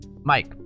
Mike